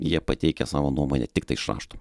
jie pateikia savo nuomonę tiktai iš rašto